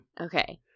Okay